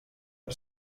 per